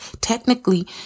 technically